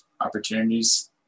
opportunities